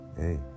hey